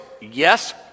yes